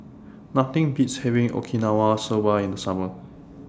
Nothing Beats having Okinawa Soba in The Summer